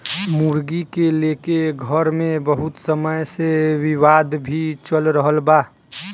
मुर्गी के लेके घर मे बहुत समय से विवाद भी चल रहल बा